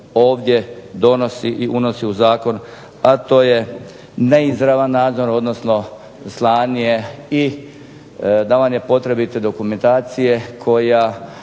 ovdje donosi i unosi u zakon, a to je neizravan nadzor, odnosno slanje i davanje potrebite dokumentacije koja